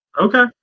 Okay